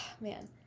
Man